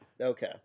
Okay